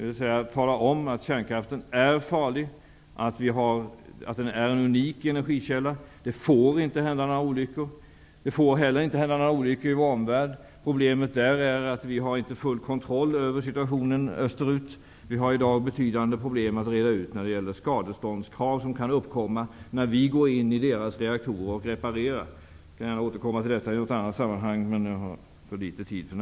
Vi måste tala om att kärnkraften är farlig, och att den är en unik energikälla. Det får inte hända några olyckor, inte heller i vår omvärld. Problemet med det sista är att vi inte har full kontroll över situationen österut. Vi har i dag betydande problem att reda ut. Det gäller speciellt skadeståndskrav som kunde uppkomma när vi går in i deras reaktorer och reparerar. Jag tror att detta mer än något annat är problemet i dag.